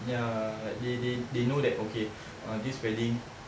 ya like they they they know that okay uh this wedding